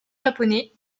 japonais